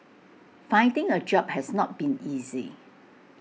finding A job has not been easy